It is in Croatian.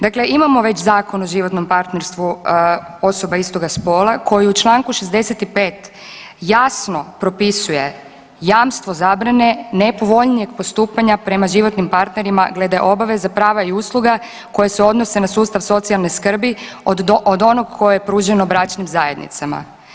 Dakle, imamo već Zakon o životnom partnerstvu osoba istoga spola koji u članku 65. jasno propisuje jamstvo zabrane nepovoljnijeg postupanja prema životnim partnerima glede obaveze, prava i usluga koje se odnose na sustav socijalne skrbi od onog koje je pruženo bračnim zajednicama.